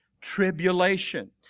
tribulation